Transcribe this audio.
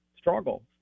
struggle